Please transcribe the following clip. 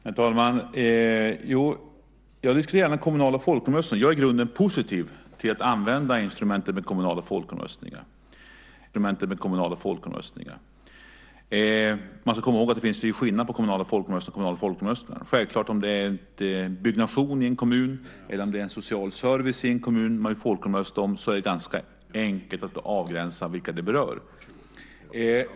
Herr talman! Jag diskuterar gärna kommunala folkomröstningar. Jag är i grunden positiv till att använda instrumentet med kommunala folkomröstningar. Man ska komma ihåg att det är skillnad på kommunala folkomröstningar och kommunala folkomröstningar. Om det är byggnation eller social service i en kommun som man vill folkomrösta om är det självfallet ganska enkelt att avgränsa vilka det berör.